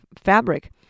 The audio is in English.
fabric